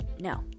No